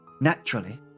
Naturally